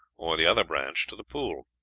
or the other branch, to the pool.